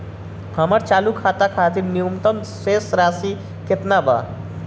हमर चालू खाता खातिर न्यूनतम शेष राशि केतना बा?